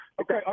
Okay